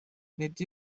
nid